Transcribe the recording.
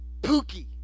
Pookie